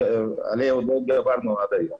עליה לא התגברנו עד היום.